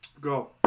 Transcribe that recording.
Go